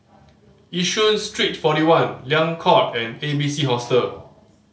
Yishun Street Forty One Liang Court and A B C Hostel